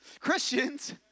Christians